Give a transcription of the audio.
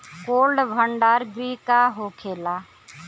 Cold भण्डार गृह का होखेला?